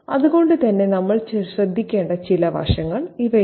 അതുകൊണ്ട് തന്നെ നമ്മൾ ശ്രദ്ധിക്കേണ്ട ചില വശങ്ങൾ ഇവയാണ്